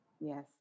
Yes